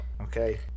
okay